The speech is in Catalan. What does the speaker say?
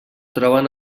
troben